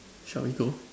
shall we go